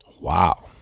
Wow